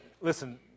Listen